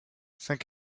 cinq